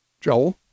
Joel